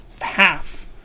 half